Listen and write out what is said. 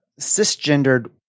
cisgendered